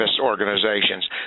organizations